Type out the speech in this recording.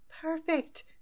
Perfect